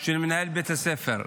של מנהל בית ספר.